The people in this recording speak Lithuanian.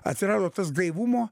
atsirado tas gaivumo